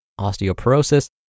osteoporosis